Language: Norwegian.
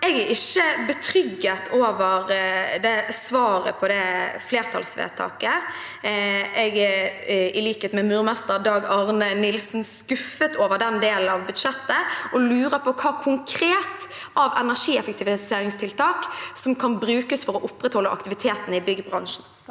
Jeg er ikke betrygget over svaret med tanke på det flertallsvedtaket. Jeg er i likhet med murermester Dag Arne Nilsen skuffet over den delen av budsjettet, og jeg lurer på hvilke konkrete energieffektiviseringstiltak som kan brukes for å opprettholde aktiviteten i byggebransjen.